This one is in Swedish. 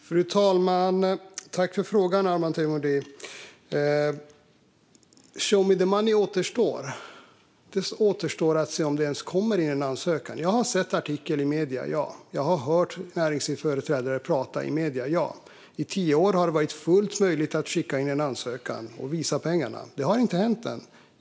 Fru talman! Tack för frågan, Arman Teimouri! Show me the money kvarstår. Det återstår att se om det ens kommer in en ansökan. Jag har sett artiklar i medierna, ja. Jag har hört näringslivsföreträdare prata i medierna, ja. I tio år har det varit fullt möjligt att skicka in en ansökan och visa pengarna. Det har inte hänt än.